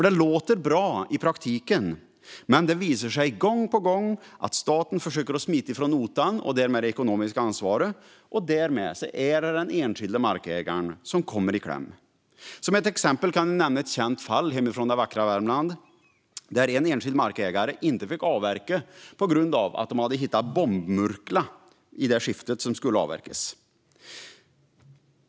Det låter bra, men i praktiken visar det sig gång på gång att staten försöker smita från notan och det ekonomiska ansvaret, och därmed är det den enskilde markägaren som kommer i kläm. Som ett exempel kan jag nämna ett känt fall från det vackra Värmland där en enskild markägare inte fick avverka på grund av att man hade hittat bombmurkla i skiftet som skulle avverkas.